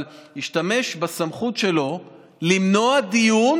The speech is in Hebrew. אבל הוא השתמש בסמכות שלו למנוע דיון